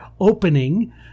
opening